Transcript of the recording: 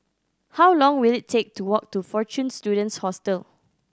how long will it take to walk to Fortune Students Hostel